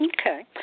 Okay